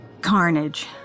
carnage